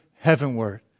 heavenward